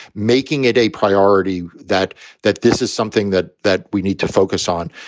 making it a priority that that this is something that that we need to focus on.